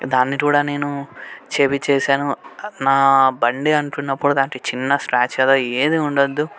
దాన్ని కూడా నేను చేయించేసాను నా బండి అనుకున్నప్పుడు దానికి చిన్న స్క్రాచ్ కదా ఏది ఉండొద్దు